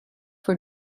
for